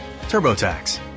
TurboTax